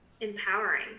empowering